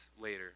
later